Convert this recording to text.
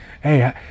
hey